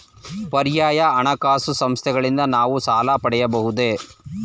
ಪರ್ಯಾಯ ಹಣಕಾಸು ಸಂಸ್ಥೆಗಳಿಂದ ನಾವು ಸಾಲ ಪಡೆಯಬಹುದೇ?